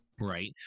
right